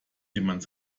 jemand